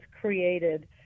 created